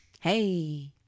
Hey